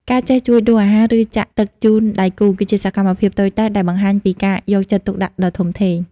ការចេះជួយដួសអាហារ ឬចាក់ទឹកជូនដៃគូ គឺជាសកម្មភាពតូចតាចដែលបង្ហាញពីការយកចិត្តទុកដាក់ដ៏ធំធេង។